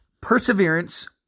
perseverance